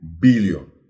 billion